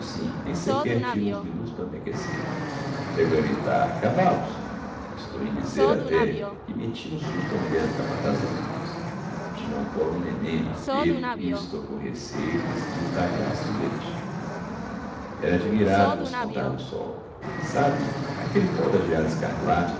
nem sequer tiro uns minutos para me aquécer pégo a gritar cavallos estou em dizer até que metti um susto á mulher do capataz das mudas tinha ao collo um néné de peito e estou com receio que se lhe talhasse o leite era admiravel o despontar do sol sabe aquelle pó da geada escarlate